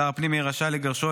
שר הפנים יהיה רשאי לגרשו,